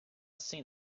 seen